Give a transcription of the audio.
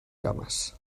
cames